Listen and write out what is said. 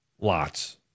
Lots